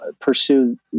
pursue